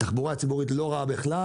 תחבורה ציבורית לא רעה בכלל.